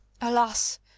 alas